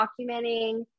documenting